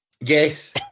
Yes